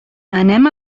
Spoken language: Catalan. anem